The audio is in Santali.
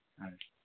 ᱦᱳᱭ